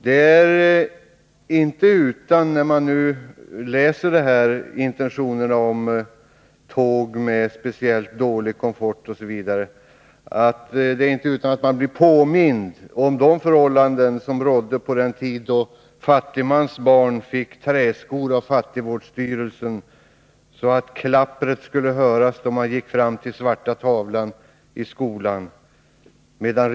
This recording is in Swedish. Det är inte utan att man, när man läser om SJ:s intentioner att införa tåg med speciellt låg komfort, blir påmind om de förhållanden som rådde på den tid då fattigmansbarn fick träskor av fattigvårdsstyrelsen, så att klappret skulle höras då man gick fram till svarta tavlan i skolan.